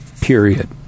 period